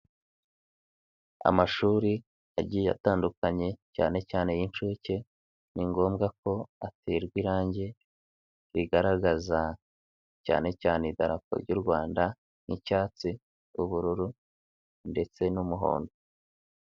Amashuri yagiye atandukanye cyane cyane ay'inshuke, ni ngombwa ko aterwa irangi rigaragaza cyane cyane idarapo ry'u Rwanda nk'icyatsi n'ubururu ndetse n'umuhondo.